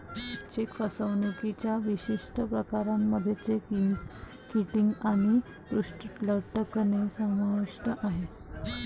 check फसवणुकीच्या विशिष्ट प्रकारांमध्ये चेक किटिंग आणि पृष्ठ लटकणे समाविष्ट आहे